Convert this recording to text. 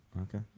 okay